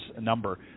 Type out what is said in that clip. number